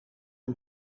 een